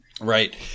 right